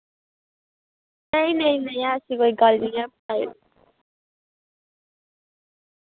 नेईं नेईं ऐसी कोई गल्ल निं ऐ कोई